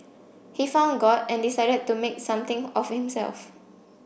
he found God and decided to make something of himself